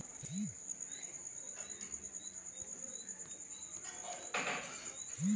बकरीचं वजन कस वाढवाव?